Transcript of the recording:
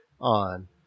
on